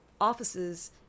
offices